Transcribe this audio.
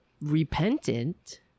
repentant